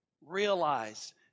Realize